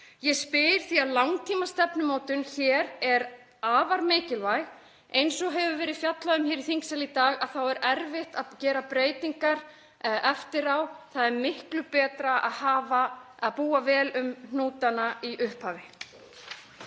Ég spyr því að langtímastefnumótun hér er afar mikilvæg. Eins og hefur verið fjallað um hér í þingsal í dag er erfitt að gera breytingar eftir á. Það er miklu betra að búa vel um hnútana í upphafi.